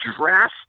drastic